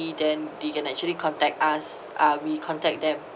then they can actually contact us uh we contact them